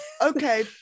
Okay